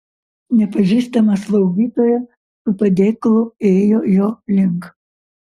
nepažįstama slaugytoja su padėklu ėjo jo link